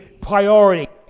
priority